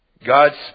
God's